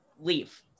leave